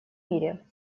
мире